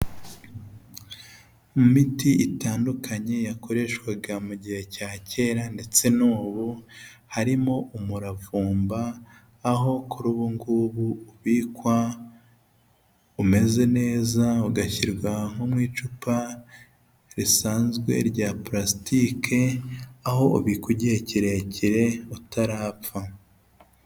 Imiti itandukanye yakoreshwaga mu gihe cya kera ndetse n'ubu, harimo umuravumba, aho kuri ubu ngubu ubikwa umeze neza, ugashyirwa nko mu icupa risanzwe rya purasitike, aho ubikwa igihe kirekire utarapfa.